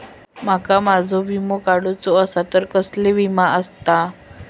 माका माझो विमा काडुचो असा तर कसलो विमा आस्ता?